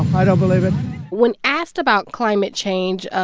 i don't believe it when asked about climate change, ah